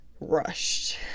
rushed